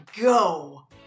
go